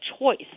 choice